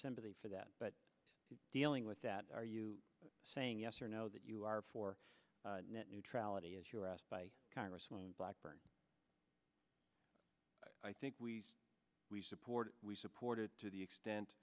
sympathy for that but dealing with that are you saying yes or no that you are for net neutrality as you're asked by congresswoman blackburn i think we we support we supported to the extent